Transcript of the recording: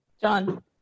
John